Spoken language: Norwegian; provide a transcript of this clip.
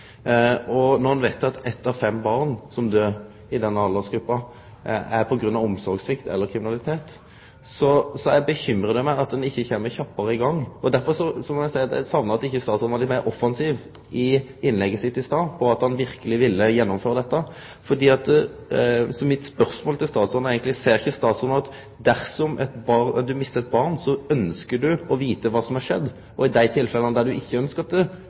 Når ein veit at eitt av fem barn som døyr i den aldersgruppa, døyr på grunn av omsorgssvikt eller kriminalitet, uroar det meg at ein ikkje kjem kjappare i gang. Derfor saknar eg at statsråden kunne ha vore meir offensiv i sitt innlegg i stad med omsyn til at han verkeleg ville gjennomføre dette. Mitt spørsmål til statsråden er: Ser ikkje statsråden at dersom ein mistar eit barn, så ønskjer ein å vite kva som har skjedd, og i dei tilfella der ein ikkje